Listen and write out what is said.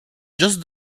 just